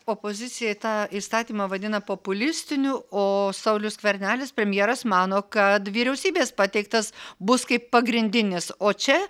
opozicija tą įstatymą vadina populistiniu o saulius skvernelis premjeras mano kad vyriausybės pateiktas bus kaip pagrindinis o čia